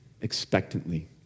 expectantly